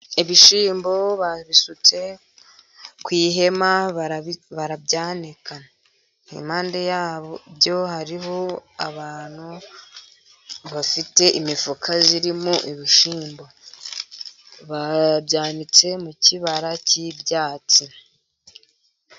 Ibishyimbo babisutse ku ihema barabyanika, impande yabyo hariho abantu bafite imifuka irimo ibishyimbo, babyanitse mu kibara cy'ibyatsi.